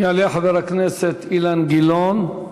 יעלה חבר הכנסת אילן גילאון,